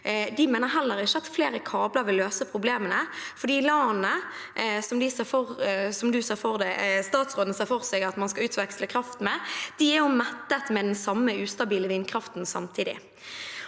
mener at heller ikke flere kabler vil løse problemene, for de landene som statsråden ser for seg at man skal utveksle kraft med, er samtidig mettet med den samme ustabile vindkraften.